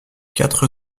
quatre